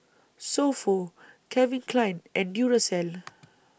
So Pho Calvin Klein and Duracell